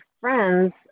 friends